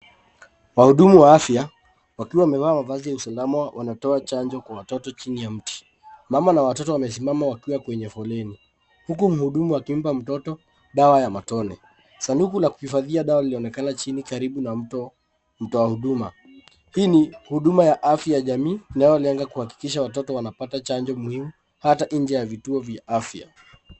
Wahudumu wa afya wakiwa wamevaa mavazi ya usalama wanatoa chanjo kwa watoto chini ya mti. Mama na watoto wamesimama wakiwa kwenye foleni, huku mhudumu akimpa mtoto dawa ya matone. Sanduku la kuhifadhia dawa linaonekana chini karibu na mtu wa huduma. Hii ni huduma ya afya ya jamii, inayolenga kuhakikisha watoto wanapata chanjo muhimu, hata nje ya vituo vya afya.